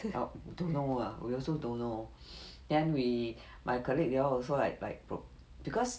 ah don't know ah we also don't know then we my colleague they all also like like broke because